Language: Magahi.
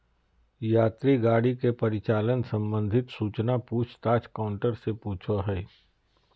यात्री गाड़ी के परिचालन संबंधित सूचना पूछ ताछ काउंटर से पूछो हइ